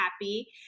happy